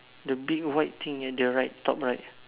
the big white thing at the right top right